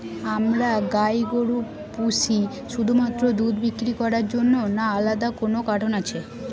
আমরা গাই গরু পুষি শুধুমাত্র দুধ বিক্রি করার জন্য না আলাদা কোনো কারণ আছে?